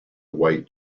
white